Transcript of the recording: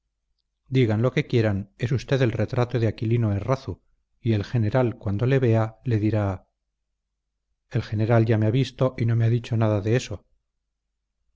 digan lo que quieran es usted el retrato de aquilino errazu y el general cuando le vea le dirá el general ya me ha visto y no me ha dicho nada de eso